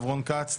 רון כץ,